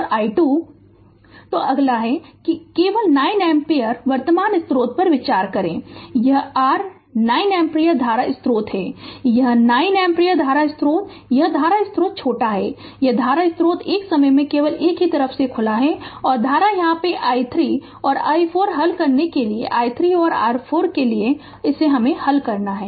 Refer Slide Time 2554 तो अगला है कि केवल 9 एम्पीयर वर्तमान स्रोत पर विचार करें यह r 9 एम्पीयर धारा स्रोत है यह 9 एम्पीयर धारा स्रोत और यह धारा स्रोत छोटा है और यह धारा स्रोत एक समय में केवल एक ही तरफ से खुला है और धारा यहां i3 और i4 हल करने के लिए i3 और i4 के लिए हल करना है